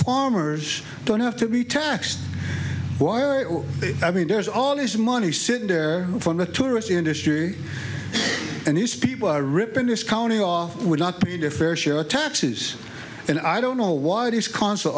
farmers don't have to be taxed i mean there's all this money sitting there from the tourist industry and these people are ripping this county off would not be to fair share of taxes and i don't know why does cons